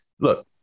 look